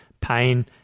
pain